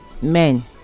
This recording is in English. Men